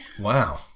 Wow